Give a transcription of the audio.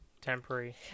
temporary